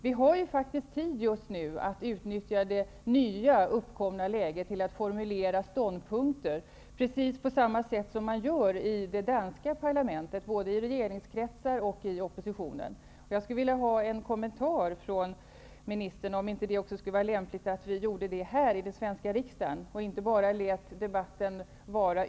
Vi har just nu tid att utnyttja det uppkomna läget till att formulera ståndpunkter, precis på samma sätt som man gör i det danska parlamentet, i regeringskretsar och i oppositionen. Jag skulle vilja ha en kommentar från ministern, om det är möjligt att föra debatten också i Sveriges riksdag.